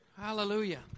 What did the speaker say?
Hallelujah